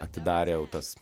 atidarė jau tas